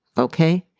okay.